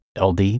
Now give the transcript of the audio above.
LD